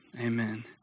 amen